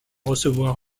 recevoir